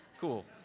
Cool